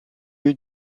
lieu